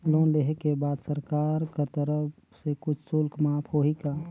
Loan लेहे के बाद सरकार कर तरफ से कुछ शुल्क माफ होही का?